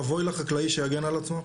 אבוי לחקלאי שיגן על עצמו,